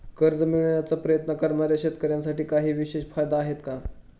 कर्ज मिळवण्याचा प्रयत्न करणाऱ्या शेतकऱ्यांसाठी काही विशेष फायदे आहेत का?